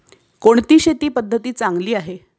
कोणती शेती पद्धती चांगली आहे?